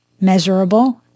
measurable